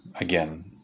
Again